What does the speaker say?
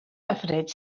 hyfryd